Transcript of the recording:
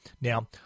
Now